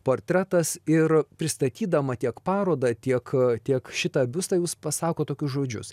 portretas ir pristatydama tiek parodą tiek tiek šitą biustą jūs pasakot tokius žodžius